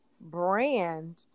brand